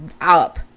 up